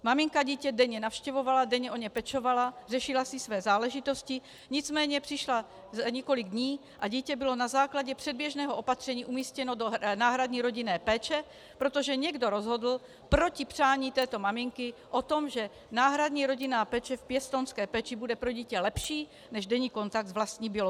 Maminka dítě denně navštěvovala, denně o ně pečovala, řešila si své záležitosti, nicméně přišla za několik dní a dítě bylo na základě předběžného opatření umístěno do náhradní rodinné péče, protože někdo rozhodl proti přání této maminky o tom, že náhradní rodinná péče v pěstounské rodině bude pro dítě lepší než denní kontakt s vlastní biologickou matkou.